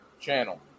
channel